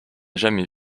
jamais